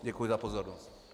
Děkuji za pozornost.